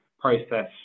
process